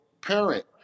parent